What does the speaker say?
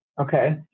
okay